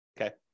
okay